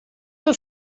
will